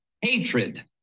Hatred